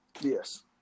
Yes